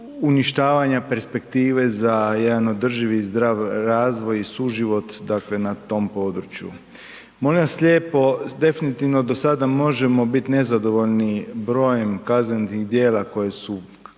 uništavanja perspektive za jedan održiv i zdrav razvoj i suživot, dakle na tom području. Molim vas lijepo, definitivno do sada možemo bit nezadovoljni brojem kaznenih djela koje su